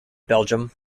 belgium